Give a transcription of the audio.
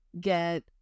get